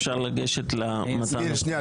אפשר לגשת --- שנייה,